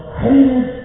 hated